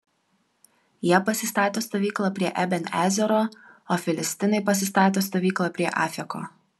jie pasistatė stovyklą prie eben ezero o filistinai pasistatė stovyklą prie afeko